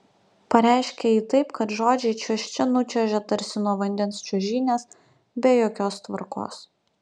pareiškia ji taip kad žodžiai čiuožte nučiuožia tarsi nuo vandens čiuožynės be jokios tvarkos